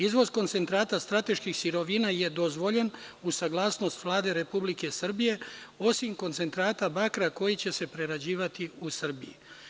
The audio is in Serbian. Izvoz koncentrata strateških sirovina je dozvoljen uz saglasnost Vlade Republike Srbije, osim koncentrata bakra koji će se prerađivati u Srbiji.